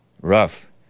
rough